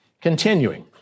Continuing